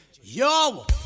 Yo